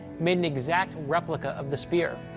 made an exact replica of the spear.